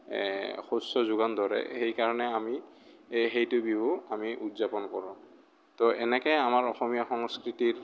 শস্য যোগান ধৰে সেইকাৰণে আমি সেইটো বিহু আমি উদযাপন কৰোঁ ত' এনেকৈ আমাৰ অসমীয়া সংস্কৃতিৰ